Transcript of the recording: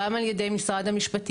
גם על ידי משרד המשפטים,